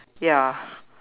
ya